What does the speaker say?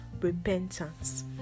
Repentance